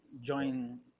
join